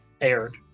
aired